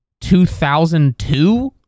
2002